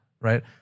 right